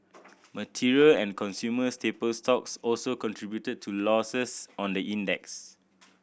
material and consumer staple stocks also contributed to losses on the index